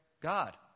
God